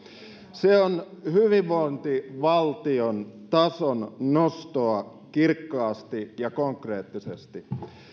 se on hyvinvointivaltion tason nostoa kirkkaasti ja konkreettisesti